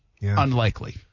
Unlikely